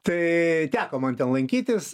tai teko man ten lankytis